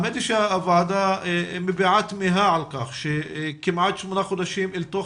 הוועדה מביעה תמיהה על כך שכמעט שמונה חודשים אל תוך